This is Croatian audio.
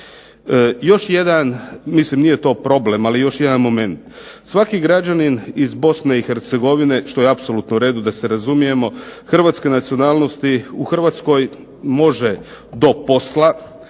Još jedan, mislim nije to problem, ali još jedan moment. Svaki građanin iz Bosne i Hercegovine, što je apsolutno u redu da se razumijemo, hrvatske nacionalnosti u Hrvatskoj može do posla,